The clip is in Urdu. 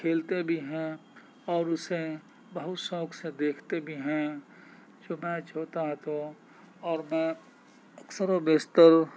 کھیلتے بھی ہیں اور اسے بہت شوق سے دیکھتے بھی ہیں جو میچ ہوتا ہے تو اور میں اکثر و بیستر